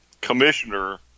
commissioner